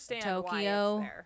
Tokyo